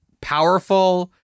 powerful